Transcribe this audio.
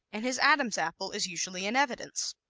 and his adam's apple is usually in evidence.